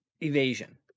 evasion